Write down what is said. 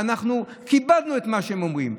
ואנחנו כיבדנו את מה שהם אומרים.